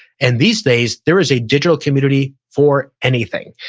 and these days there is a digital community for anything.